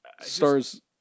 Stars